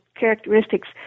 Characteristics